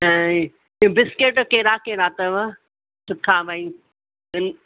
ऐं बिस्किट कहिड़ा कहिड़ा अथव सुठा भई